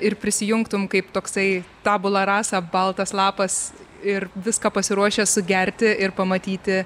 ir prisijungtum kaip toksai tabula rasa baltas lapas ir viską pasiruošęs sugerti ir pamatyti